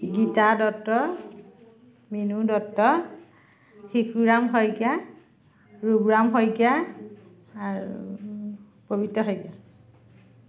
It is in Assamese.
গীতা দত্ত মিনু দত্ত শিশুৰম শইকীয়া ৰুবৰাম শইকীয়া আৰু পবিত্ৰ শইকীয়া